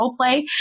Roleplay